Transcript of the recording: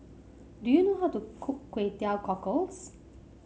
do you know how to cook Kway Teow Cockles